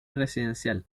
residencial